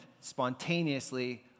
spontaneously